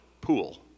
pool